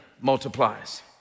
multiplies